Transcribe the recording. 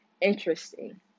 Interesting